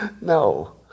No